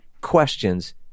questions